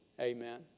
Amen